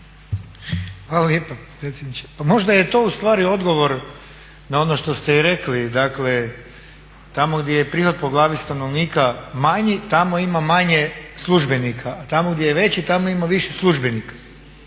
Hvala lijepa potpredsjedniče. Pa možda je to ustvari odgovor na ono što ste rekli, dakle tamo gdje je prihod po glavi stanovnika manji tamo ima manje službenika, a tamo gdje je veći tamo ima više službenika.